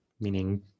meaning